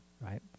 right